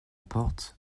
porte